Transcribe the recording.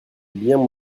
bien